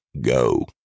go